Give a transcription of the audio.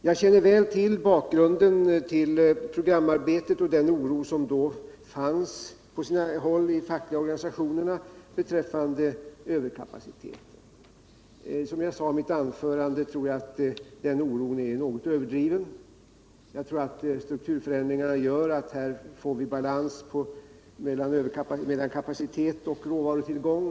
Jag känner väl till bakgrunden till programarbetet och den oro som då fanns på sina håll inom de fackliga organisationerna beträffande en överkapacitet. Som jag sade tidigare tror jag att den oron är något överdriven. Jag tror att strukturförändringarna gör att vi får en balans mellan kapacitet och råvarutillgång.